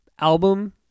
album